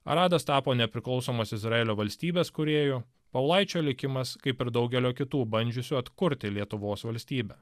aradas tapo nepriklausomos izraelio valstybės kūrėjų povilaičio likimas kaip ir daugelio kitų bandžiusių atkurti lietuvos valstybę